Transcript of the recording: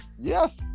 Yes